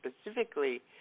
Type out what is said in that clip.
specifically